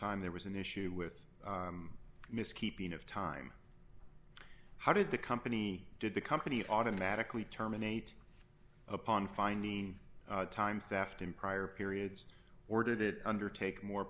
time there was an issue with miss keeping of time how did the company did the company automatically terminate upon finding time for the afton prior periods or did it undertake more